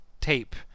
tape